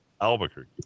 Albuquerque